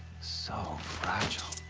so fragile.